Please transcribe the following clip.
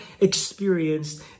experienced